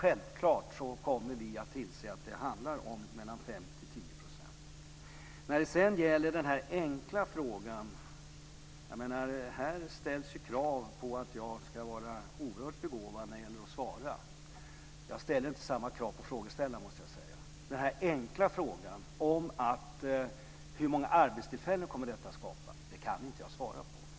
Självklart kommer vi att tillse att det handlar om 5 Beträffande den enkla frågan måste jag säga att här ställs det krav på att jag ska vara oerhört begåvad när det gäller att svara. Jag ställer inte samma krav på frågeställaren. Hur många arbetstillfällen detta kommer att skapa kan jag inte svara på.